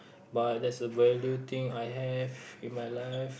but that's a value thing I have in my life